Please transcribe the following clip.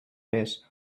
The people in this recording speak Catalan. res